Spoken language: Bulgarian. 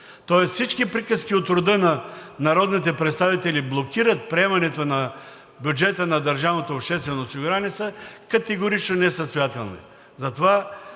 Тоест всички приказки от рода на: народните представители блокират приемането на бюджета на държавното обществено осигуряване, са категорично несъстоятелни.